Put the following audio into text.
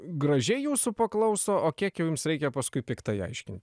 gražiai jūsų paklauso o kiek jau jums reikia paskui piktai aiškint